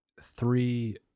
three